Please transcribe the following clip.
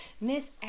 miss